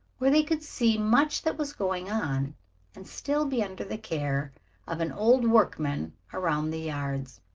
where they could see much that was going on and still be under the care of an old workman around the yards.